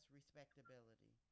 respectability